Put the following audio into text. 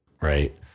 Right